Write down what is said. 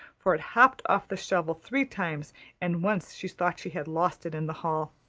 for it hopped off the shovel three times and once she thought she had lost it in the hall.